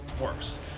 worse